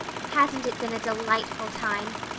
hasn't it been a delightful time?